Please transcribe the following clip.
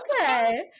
okay